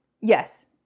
Yes